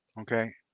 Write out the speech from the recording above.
Okay